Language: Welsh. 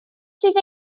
sydd